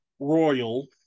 royal